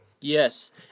Yes